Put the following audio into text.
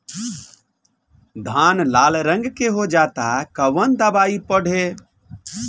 धान लाल रंग के हो जाता कवन दवाई पढ़े?